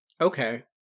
Okay